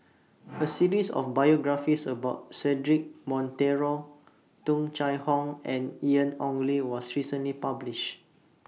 A series of biographies about Cedric Monteiro Tung Chye Hong and Ian Ong Li was recently published